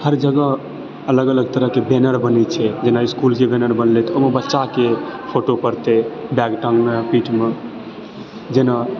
हर जगह अलग अलग तरह के बैनर बनै छै जेना स्कूल के बैनर बनलय तऽ बच्चाके फोटो पड़तय बैग टाङने पीठमे